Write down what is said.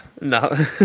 no